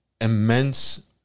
immense